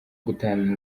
gutanga